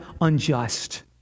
unjust